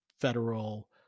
federal